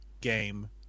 game